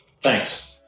thanks